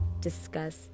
discuss